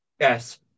yes